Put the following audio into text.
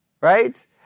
Right